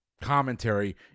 commentary